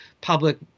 public